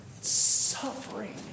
Suffering